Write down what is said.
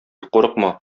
курыкма